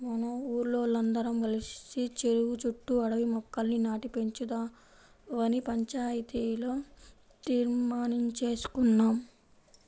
మా ఊరోల్లందరం కలిసి చెరువు చుట్టూ అడవి మొక్కల్ని నాటి పెంచుదావని పంచాయతీలో తీర్మానించేసుకున్నాం